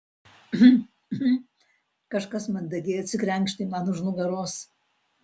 hm hm kažkas mandagiai atsikrenkštė man už nugaros